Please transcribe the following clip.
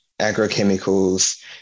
agrochemicals